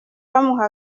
bamuha